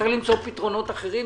צריך למצוא פתרונות אחרים.